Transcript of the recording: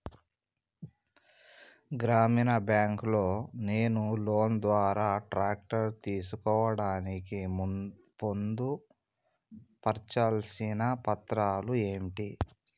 గ్రామీణ బ్యాంక్ లో నేను లోన్ ద్వారా ట్రాక్టర్ తీసుకోవడానికి పొందు పర్చాల్సిన పత్రాలు ఏంటివి?